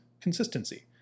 consistency